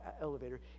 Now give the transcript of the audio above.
elevator